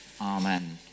Amen